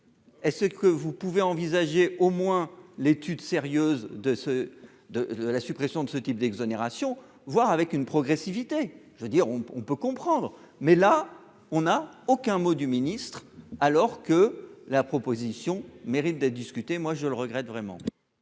est-ce que vous pouvez envisager au moins l'étude sérieuse de ce de la suppression de ce type d'exonération voir avec une progressivité, je veux dire on on peut comprendre, mais là on n'a aucun mot du ministre, alors que la proposition mérite d'être discuté, moi je le regrette vraiment.